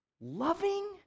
loving